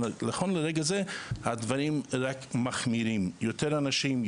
אבל נכון לרגע זה הדברים רק מחמירים יותר אנשים,